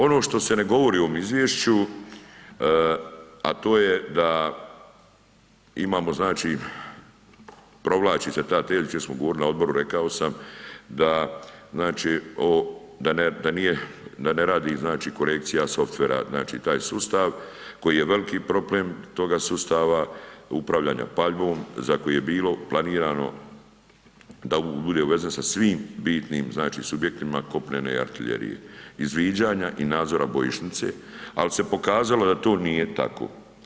Ono što se ne govori u ovom izvješću, a to je da imamo znači provlači se ta …/nerazumljivo/… kad smo govorili na odboru rekao sam da znači o da nije, da ne radi znači korekcija softvera znači taj sustav, koji je velki problem toga sustava, upravljanja paljbom za koji je bilo planirano da on bude uvezen sa svim bitnim, znači subjektima kopnene artiljerije, izviđanja i nadzora bojišnice, al se pokazalo da to nije tako.